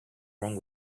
wrong